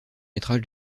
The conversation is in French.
métrage